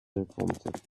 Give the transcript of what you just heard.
informative